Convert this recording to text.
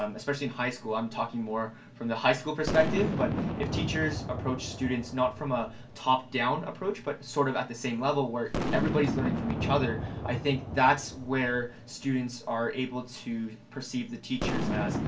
um especially in high school, i'm talking more from the high school perspective, but if teachers approach students not from a top-down approach but sort of at the same level, where everybody's learning from each other, i think that's where students are able to perceive the teachers as,